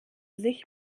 sich